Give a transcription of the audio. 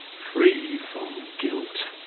free from guilt.